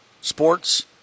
sports